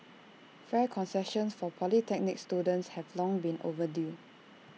fare concessions for polytechnic students have long been overdue